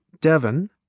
Devon